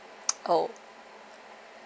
oh